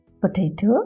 Potato